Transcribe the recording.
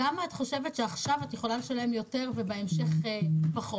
כמה את חושבת שעכשיו את יכולה לשלם יותר ובהמשך פחות?